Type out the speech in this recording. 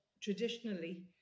traditionally